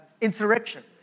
insurrection